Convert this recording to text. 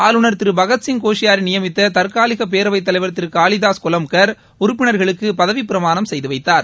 ஆளுநர் திரு பகத்சிங் கோஷ்பாரி நியமித்த தற்காலிக பேரவைத் தலைவர் திரு காளிதாஸ் கொலாம்கார் உறுப்பினர்களுக்கு பதவிப்பிரமாணம் செய்து வைத்தார்